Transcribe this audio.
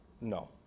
No